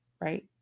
right